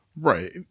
right